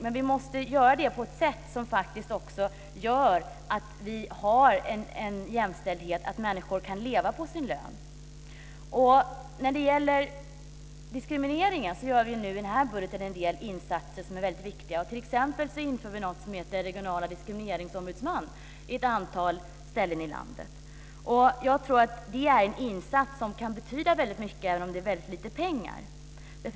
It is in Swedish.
Men vi måste få det på ett sätt som gör att vi har en jämställdhet, att människor kan leva på sin lön. När det gäller diskriminering gör vi nu i den här budgeten en del insatser som är viktiga. Vi inför t.ex. något som heter regional diskrimineringsombudsman på ett antal ställen i landet. Jag tror att det är en insats som kan betyda mycket, även om det är lite pengar.